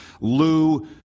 Lou